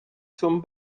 zum